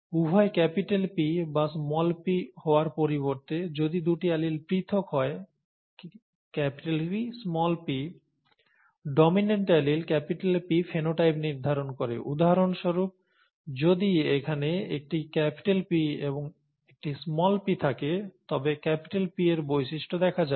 উভয় P বা p হওয়ার পরিবর্তে যদি দুটি অ্যালিল পৃথক হয় Pp dominant allele P phenotype নির্ধারণ করে উদাহরণস্বরূপ যদি এখানে একটি P এবং একটি p থাকে তবে P এর বৈশিষ্ট্য দেখা যাবে